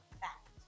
fact